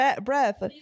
breath